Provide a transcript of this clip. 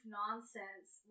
nonsense